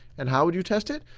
and how would you test it?